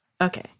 Okay